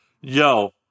yo